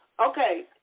Okay